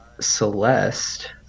Celeste